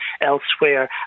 elsewhere